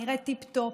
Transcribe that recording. נראית טיפ-טופ,